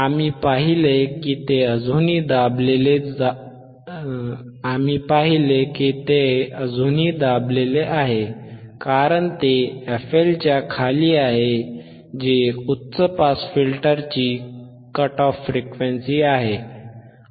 आम्ही पाहतो की ते अजूनही दाबलेले आहे कारण ते fL च्या खाली आहे जे उच्च पास फिल्टरची कट ऑफ वारंवारता आहे